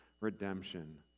redemption